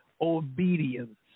obedience